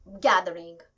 gathering